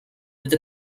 with